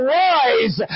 rise